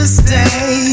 stay